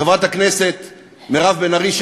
חברת הכנסת מירב בן ארי,